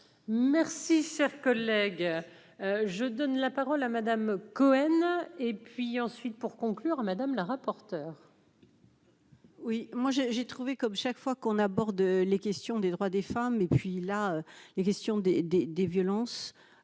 Merci, cher collègue, je donne la parole à Madame Cohen et puis ensuite pour conclure madame la rapporteure. Oui, moi j'ai j'ai trouvé comme chaque fois qu'on aborde les questions des droits des femmes et puis là, la question des, des,